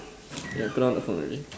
put down the phone already